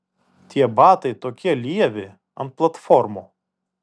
tie batai tokie lievi ant platformų